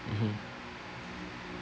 mmhmm